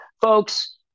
folks